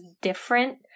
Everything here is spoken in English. different